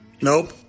Nope